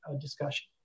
discussion